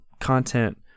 content